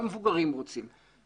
גם מבוגרים רוצים בזה.